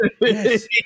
yes